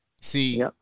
See